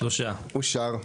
הצבעה בעד 4 נמנעים 3 אושר.